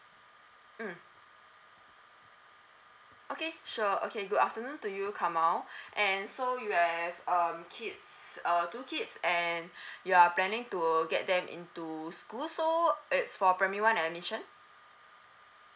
mm okay sure okay good afternoon to you kamil and so you have um kids err two kids and you are planning to get them into schools so it's for primary one the admission